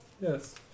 Yes